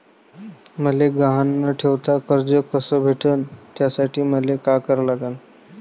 मले गहान न ठेवता कर्ज कस भेटन त्यासाठी मले का करा लागन?